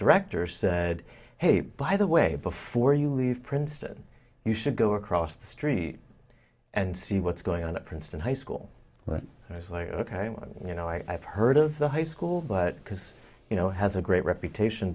director said hey by the way before you leave princeton you should go across the street and see what's going on at princeton high school and i was like ok you know i've heard of the high school but because you know it has a great reputation